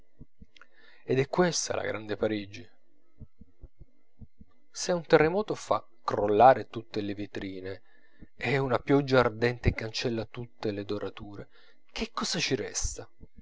ed è questa la grande parigi se un terremoto fa crollare tutte le vetrine e una pioggia ardente cancella tutte le dorature che cosa ci resta